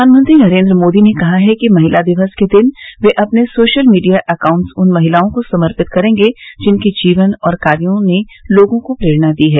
प्रधानमंत्री नरेन्द्र मोदी ने कहा है कि महिला दिवस के दिन वे अपने सोशल मीडिया अकाउंट्स उन महिलाओं को समर्पित करेंगे जिनके जीवन और कार्यो ने लोगों को प्रेरणा दी है